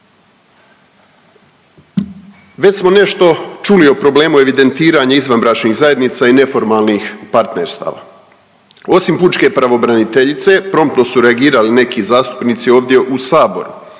Već smo nešto čuli o problemu evidentiranja izvanbračnih zajednica i neformalnih partnerstava. Osim Pučke pravobraniteljice, promptno su reagirali neki zastupnici ovdje u saboru,